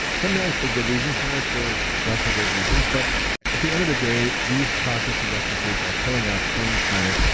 sometimes for good reasons, sometimes for not so great reasons. but at the end of the day, these processed industrial foods are killing us, killing the planet,